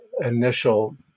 initial